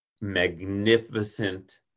magnificent